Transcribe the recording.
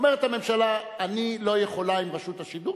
אומרת הממשלה: אני לא יכולה עם רשות השידור,